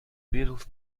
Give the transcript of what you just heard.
beatles